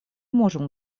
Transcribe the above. можем